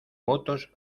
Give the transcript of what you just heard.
votos